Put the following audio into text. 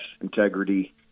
integrity